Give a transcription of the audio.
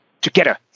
together